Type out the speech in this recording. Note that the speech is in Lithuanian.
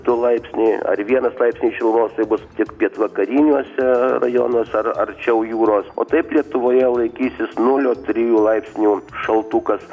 du laipsniai ar vienas laipsnis šilumos tai bus tik pietvakariniuose rajonuose ar arčiau jūros o taip lietuvoje laikysis nulio trijų laipsnių šaltukas